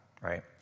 right